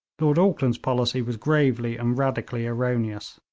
lord auckland's policy was gravely and radically erroneous,